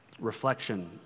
reflection